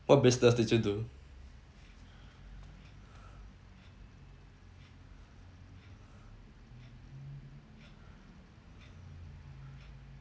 what business did you do